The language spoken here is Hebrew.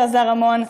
שעזר המון.